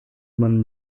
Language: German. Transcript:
man